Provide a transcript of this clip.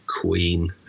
Queen